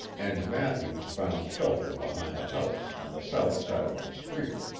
and mathews found shelter behind a house on the south side of the street.